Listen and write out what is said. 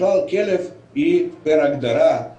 בכלל כלב בהגדרה הוא